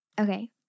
Okay